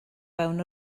fewn